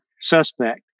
suspect